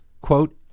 quote